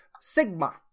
Sigma